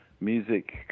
music